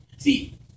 See